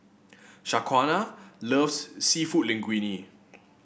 Shaquana loves seafood Linguine